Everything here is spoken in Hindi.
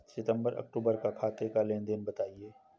सितंबर अक्तूबर का खाते का लेनदेन बताएं